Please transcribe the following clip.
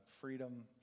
freedom